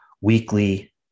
weekly